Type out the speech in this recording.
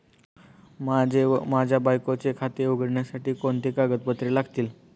माझे व माझ्या बायकोचे खाते उघडण्यासाठी कोणती कागदपत्रे लागतील?